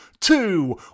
two